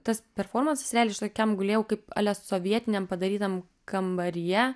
tas performansas realiai aš tokiam gulėjau kaip ale sovietiniam padarytam kambaryje